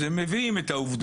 אז הם מביאים את העובדות,